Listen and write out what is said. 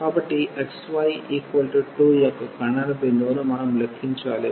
కాబట్టి ఈ xy 2 యొక్క ఖండన బిందువును మనం లెక్కించాలి